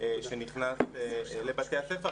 שנכנס לבתי הספר.